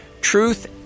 Truth